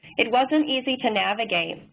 it wasn't easy to navigate,